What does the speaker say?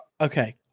Okay